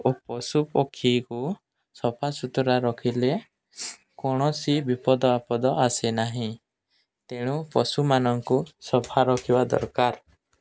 ଓ ପଶୁ ପକ୍ଷୀକୁ ସଫାସୁତୁରା ରଖିଲେ କୌଣସି ବିପଦ ଆପଦ ଆସେ ନାହିଁ ତେଣୁ ପଶୁମାନଙ୍କୁ ସଫା ରଖିବା ଦରକାର